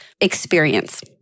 experience